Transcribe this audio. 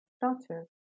doctor